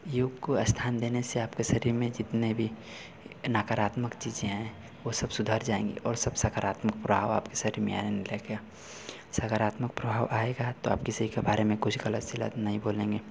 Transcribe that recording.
योग को स्थान देने से आपके शरीर में जितनी भी नकारात्मक चीज़ें हैं वे सब सुधर जाएगी और सब सकारात्मक प्राव आपके शरीर में आने लगेगा सकारात्मक प्रभाव आएगा तो आप किसी के बारे में कुछ ग़लत सलत नहीं बोलेंगे